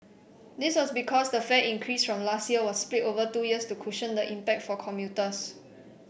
this was because the fare increase from last year was split over two years to cushion the impact for commuters